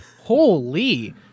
Holy